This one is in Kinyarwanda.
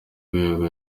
rwego